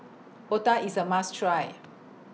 Otah IS A must Try